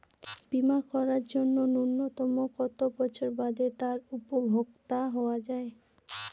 বীমা করার জন্য ন্যুনতম কত বছর বাদে তার উপভোক্তা হওয়া য়ায়?